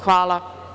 Hvala.